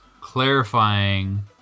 clarifying